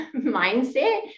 mindset